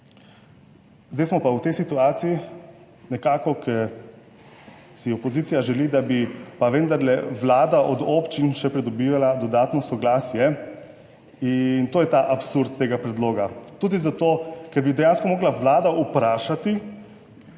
zdaj smo pa v tej situaciji nekako, ko si opozicija želi, da bi pa vendarle Vlada od občin še pridobila dodatno soglasje in to je ta absurd tega predloga, tudi zato, ker bi dejansko morala Vlada vprašati,